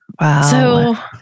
Wow